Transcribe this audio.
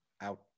out